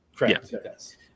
Yes